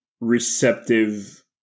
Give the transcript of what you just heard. receptive